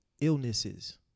illnesses